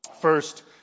First